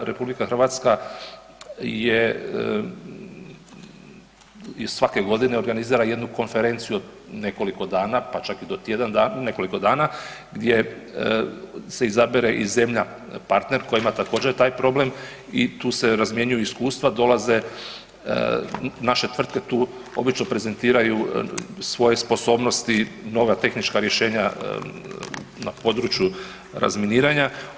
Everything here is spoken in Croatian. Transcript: RH je i svake godine organizira jednu konferenciju od nekoliko dana pa čak i do tjedan, nekoliko dana gdje se izabere i zemlja partner koja ima također taj problem i tu se razmjenjuju iskustva, dolaze naše tvrtke tu obično prezentiraju svoje sposobnosti, nova tehnička rješenja na području razminiranja.